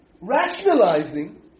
rationalizing